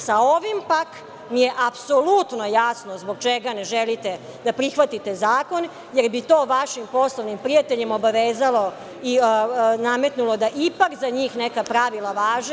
Sa ovim pak mi je apsolutno jasno zbog čega ne želite da prihvatite zakon, jer bi to vašim poslovnim prijateljima obavezalo i nametnulo da ipak za njih neka pravila važe.